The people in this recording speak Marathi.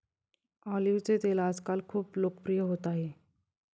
ऑलिव्हचे तेल आजकाल खूप लोकप्रिय होत आहे